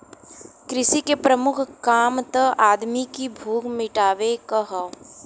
कृषि के प्रमुख काम त आदमी की भूख मिटावे क हौ